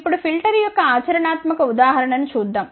ఇప్పుడు ఫిల్టర్ యొక్క ఆచరణాత్మక ఉదాహరణ ను చూద్దాం